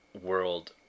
World